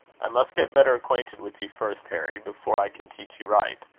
i must get better acquainted with you first, harry, before i can teach you right.